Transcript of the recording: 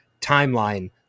timeline